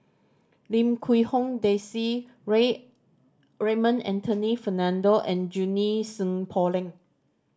Lim Quee Hong Daisy Ray Raymond Anthony Fernando and Junie Sng Poh Leng